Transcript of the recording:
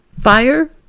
fire